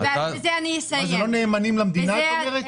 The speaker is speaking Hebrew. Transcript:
מה זה לא נאמנים למדינה את אומרת?